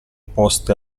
poste